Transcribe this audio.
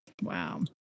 Wow